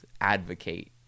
advocate